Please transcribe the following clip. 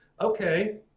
Okay